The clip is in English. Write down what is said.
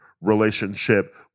relationship